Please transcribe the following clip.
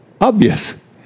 obvious